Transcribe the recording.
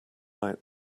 out